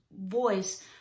voice